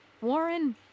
Warren